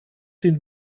den